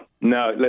No